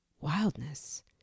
wildness